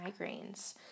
migraines